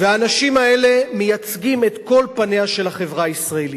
והאנשים האלה מייצגים את כל פניה של החברה הישראלית.